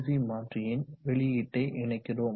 C மாற்றியின் வெளியீட்டை இணைக்கிறோம்